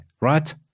right